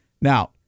Now